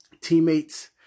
Teammates